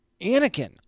Anakin